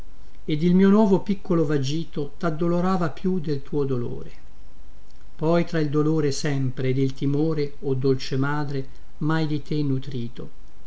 ed il mio nuovo piccolo vagito taddolorava più del tuo dolore poi tra il dolore sempre ed il timore o dolce madre mhai di te nutrito